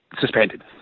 suspended